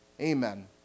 Amen